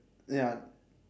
ya